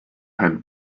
had